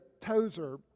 Tozer